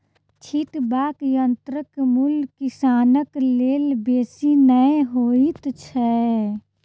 छिटबाक यंत्रक मूल्य किसानक लेल बेसी नै होइत छै